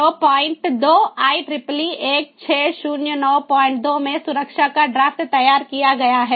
तो point 2 IEEE 16092 में सुरक्षा का ड्राफ्ट तैयार किया गया है